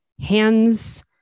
hands